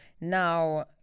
now